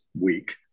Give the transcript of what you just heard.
week